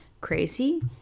crazy